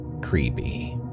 creepy